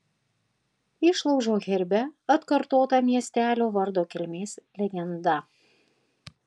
išlaužo herbe atkartota miestelio vardo kilmės legenda